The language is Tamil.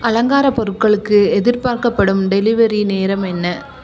அலங்காரப் பொருட்களுக்கு எதிர்பார்க்கப்படும் டெலிவரி நேரம் என்ன